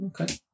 okay